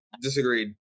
disagreed